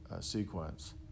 sequence